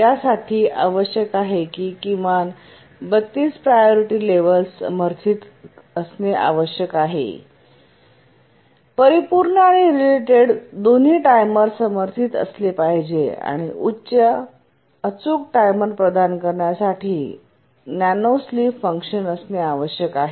यासाठी आवश्यक आहे की किमान 32 प्रायोरिटी लेवल्स समर्थित असणे आवश्यक आहे परिपूर्ण आणि रिलेटेड दोन्ही टाइमर समर्थित असले पाहिजेत आणि उच्च अचूक टाइमर प्रदान करण्यासाठी नॅनोस्लीप फंक्शन असणे आवश्यक आहे